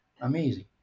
Amazing